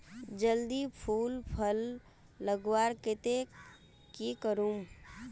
जल्दी फूल फल लगवार केते की करूम?